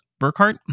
Burkhart